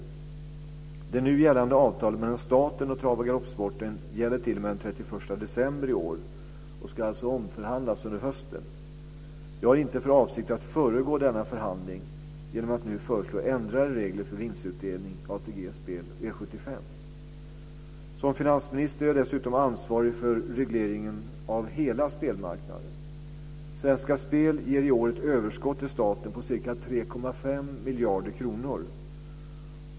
Det nu gällande avtalet mellan staten och travoch galoppsporten gäller t.o.m. den 31 december i år och ska alltså omförhandlas under hösten. Jag har inte för avsikt att föregå denna förhandling genom att nu föreslå ändrade regler för vinstutdelning i ATG:s spel Som finansminister är jag dessutom ansvarig för regleringen av hela spelmarknaden. Svenska Spel ger i år ett överskott till staten på ca 3,5 miljarder kronor.